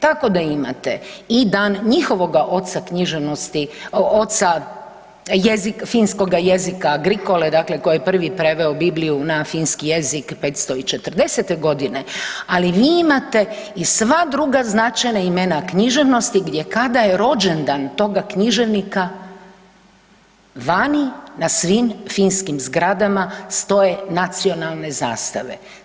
Tako da imate i dan njihovoga oca književnosti, oca jezika, finskoga jezika Agricole, dakle koji je prvi preveo Bibliju na finski jezik '540 g., ali vi imate i sva druga značajna imena književnosti, gdje kada je rođendan toga književnika, vani na svim finskim zgradama stoje nacionalne zastave.